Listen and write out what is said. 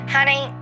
Honey